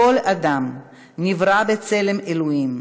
כל אדם, נברא בצלם אלוהים.